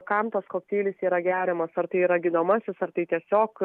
kam tas kokteilis yra geriamas ar tai yra gydomasis ar tai tiesiog